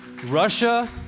Russia